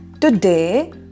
Today